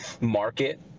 market